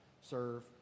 serve